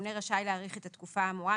הממונה רשאי להאריך את התקופה האמורה,